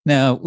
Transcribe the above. Now